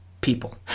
people